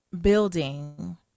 building